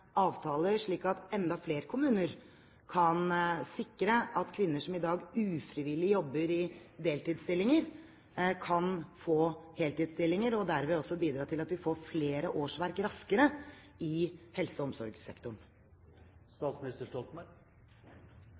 avtaler, slik at enda flere kommuner kan sikre at kvinner som i dag ufrivillig jobber i deltidsstillinger, kan få heltidsstillinger og derved også bidra til at vi får flere årsverk raskere i helse- og omsorgssektoren.